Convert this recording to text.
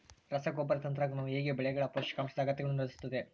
ರಸಗೊಬ್ಬರ ತಂತ್ರಜ್ಞಾನವು ಹೇಗೆ ಬೆಳೆಗಳ ಪೋಷಕಾಂಶದ ಅಗತ್ಯಗಳನ್ನು ನಿರ್ಧರಿಸುತ್ತದೆ?